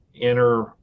enter